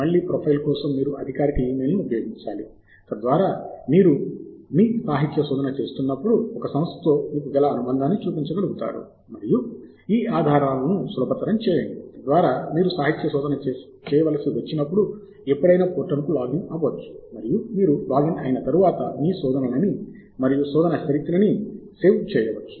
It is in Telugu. మళ్ళీ ప్రొఫైల్ కోసం మీరు అధికారిక ఇమెయిల్ను ఉపయోగించాలి తద్వారా మీరు మీరు మీ సాహిత్య శోధన చేస్తున్నప్పుడు ఒక సంస్థతో మీకు గల అనుబంధాన్ని చూపించ గలుగుతారు మరియు ఈ ఆధారాలను సులభతరం చేయండి తద్వారా మీరు సాహిత్య శోధన చేయవలసి వచ్చినప్పుడు ఎప్పుడైనా పోర్టల్కు లాగిన్ అవ్వవచ్చు మరియు మీరు లాగిన్ అయిన తర్వాత మీ శోధనలని మరియు శోధన చరిత్రని సేవ్ చేయవచ్చు